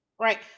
right